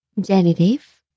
genitive